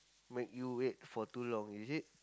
make you wait for too long is it